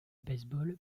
baseball